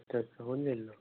अच्छा अच्छा होऊन जाईल ना